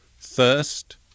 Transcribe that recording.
thirst